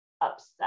upset